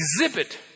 exhibit